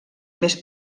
més